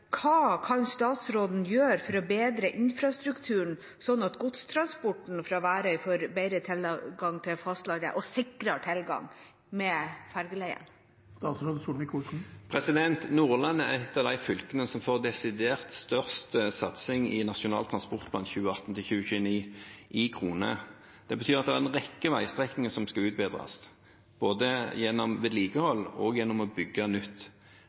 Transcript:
godstransporten fra ferjeleiet på Værøy får bedre og sikrere tilgang til fastlandet? Nordland er et av de fylkene som får desidert størst satsing i kroner i Nasjonal transportplan 2018–2029. Det betyr at det er en rekke veistrekninger som skal utbedres, både gjennom vedlikehold og gjennom å bygge nytt.